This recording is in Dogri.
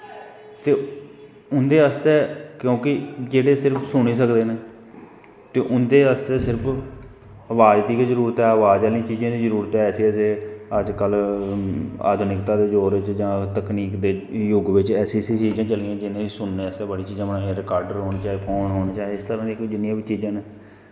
ते उंदे आस्तै क्योंकि जेह्ड़े सिर्फ सुनी सकदे न ते उंदे आस्तै सिर्फ आवाज़ बी गै जरूरत ऐ आवाज़ आह्लियैं चीज़ें दी गै जरूरत ऐ ऐसे ऐसे अद कल अधुनिकता दे दौर च जां तकनीक दे जुग बिच्च ऐसी ऐसी चीजां चली जिनें सुनने आस्तै बड़ियां चीजां रकार्डर होन चाहे फोन होन चाहे इस तरां दियां कोई जिन्नियां बी चीजां न